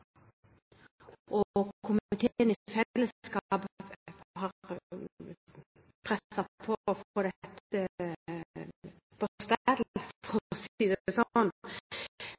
og komiteen i fellesskap har presset på for å få dette på stell – for å si det